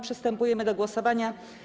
Przystępujemy do głosowania.